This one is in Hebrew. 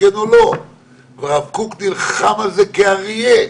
הרב קוק נלחם על זה כאריה.